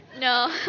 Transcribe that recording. No